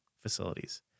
facilities